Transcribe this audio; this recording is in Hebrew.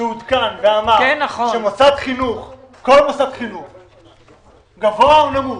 שעודכן ואמר שכל מוסד חינוך גבוה או נמוך